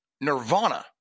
nirvana